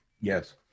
Yes